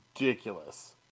ridiculous